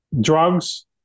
Drugs